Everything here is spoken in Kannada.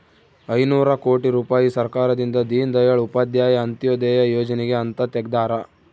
ಐನೂರ ಕೋಟಿ ರುಪಾಯಿ ಸರ್ಕಾರದಿಂದ ದೀನ್ ದಯಾಳ್ ಉಪಾಧ್ಯಾಯ ಅಂತ್ಯೋದಯ ಯೋಜನೆಗೆ ಅಂತ ತೆಗ್ದಾರ